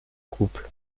couple